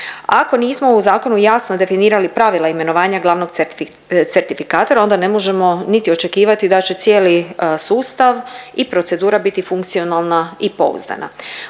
Ako nismo u zakonu jasno definirali pravila imenovanja glavnog certifikatora onda ne možemo niti očekivati da će cijeli sustav i procedura biti funkcionalna i pouzdana.